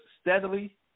steadily